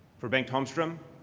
for bengt holmstrom,